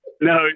No